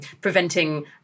preventing